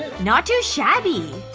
not too shabby!